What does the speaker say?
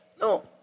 No